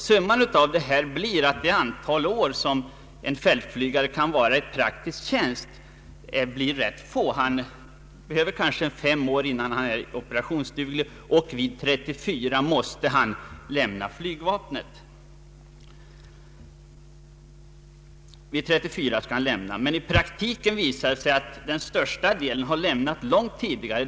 Summan av detta blir att det antal år en fältflygare kan få i praktisk tjänst blir rätt få. Det tar kanske fem år innan han blir operationsduglig, men vid 34 års ålder måste han enligt systemet lämna flygvapnet. I praktiken har det emellertid visat sig att flertalet fältflygare lämnar flygvapnet långt tidigare.